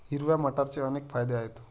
हिरव्या मटारचे अनेक फायदे आहेत